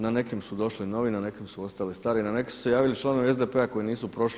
Na nekim su došli novi, na nekim su ostali stari, na neke su se javili članovi SDP-a koji nisu prošli.